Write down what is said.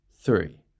three